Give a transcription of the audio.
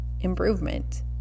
improvement